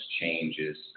changes